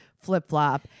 flip-flop